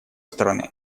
стороны